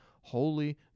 Holy